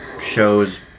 shows